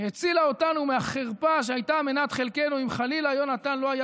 הצילה אותנו מהחרפה שהייתה מנת חלקנו אם חלילה יונתן לא היה